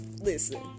listen